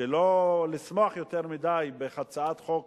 שלא לשמוח יותר מדי בהצעת חוק